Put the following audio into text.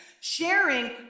Sharing